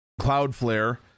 Cloudflare